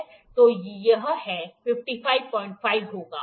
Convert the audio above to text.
तो यह यह है 555 होगा